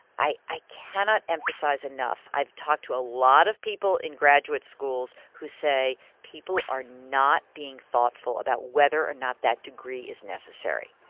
i i cannot emphasize enough i've talked to a lot of people in graduate schools who say people are not being thoughtful about whether or not that degree is necessary.